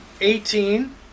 eighteen